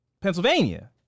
Pennsylvania